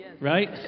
right